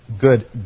good